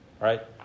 right